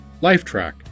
lifetrack